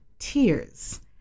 Tears